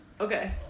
Okay